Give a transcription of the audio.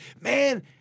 Man